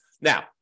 Now